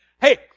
Hey